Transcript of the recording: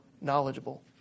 knowledgeable